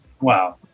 Wow